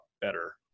better